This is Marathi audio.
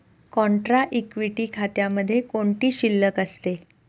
कॉन्ट्रा इक्विटी खात्यामध्ये कोणती शिल्लक असते?